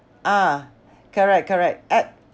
ah correct correct at